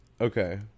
okay